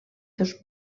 dos